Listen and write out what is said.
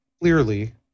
Clearly